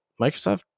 Microsoft